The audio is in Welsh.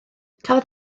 cafodd